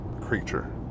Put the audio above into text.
creature